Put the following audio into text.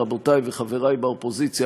רבותי וחברי באופוזיציה,